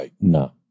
No